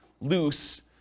loose